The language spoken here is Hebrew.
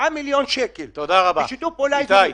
מיליון שקל במשרד לשיתוף פעולה אזורי.